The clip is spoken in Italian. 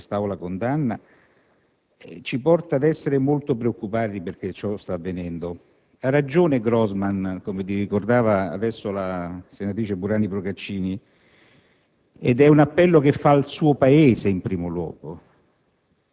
a partire dall'eccidio grave che io condanno, e che quest'Assemblea condanna, ci porta ad essere molto preoccupati per ciò che sta avvenendo. Ha ragione Grossman - come ricordava la senatrice Burani Procaccini